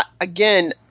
again